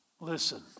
Listen